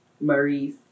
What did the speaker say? Maurice